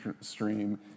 stream